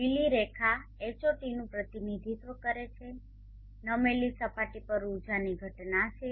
લીલી રેખા Hot નુ પ્રતિનિધિત્વ કરી રહી છે નમેલી સપાટી પર ઉર્જાની ઘટના છે